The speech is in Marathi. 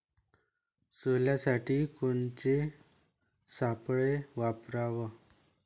सोल्यासाठी कोनचे सापळे वापराव?